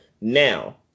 Now